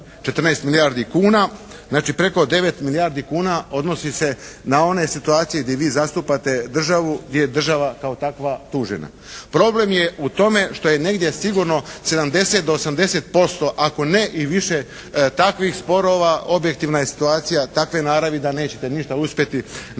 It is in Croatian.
14 milijardi kuna. Znači preko 9 milijardi kuna odnosi se na one situacije gdje vi zastupate državu, gdje država kao takva tužena. Problem je u tome što je negdje sigurno 70 do 80% ako ne i više takvih sporova, objektivna je situacija takve naravi da nećete ništa uspjeti napraviti.